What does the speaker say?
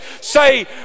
say